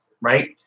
Right